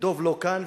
ודב לא כאן,